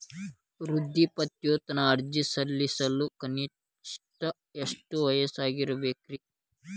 ವೃದ್ಧಾಪ್ಯವೇತನ ಅರ್ಜಿ ಸಲ್ಲಿಸಲು ಕನಿಷ್ಟ ಎಷ್ಟು ವಯಸ್ಸಿರಬೇಕ್ರಿ?